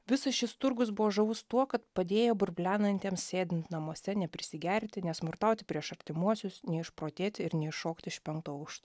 visas šis turgus buvo žavus tuo kad padėjo burblenantiems sėdint namuose neprisigerti nesmurtauti prieš artimuosius neišprotėti ir neišokt iš penkto aukšto